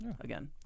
again